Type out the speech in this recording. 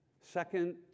Second